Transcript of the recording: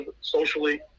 socially